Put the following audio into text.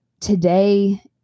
Today